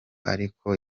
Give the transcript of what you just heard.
ariko